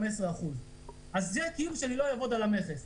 15%. זה כאילו שאני לא עובד על המכס.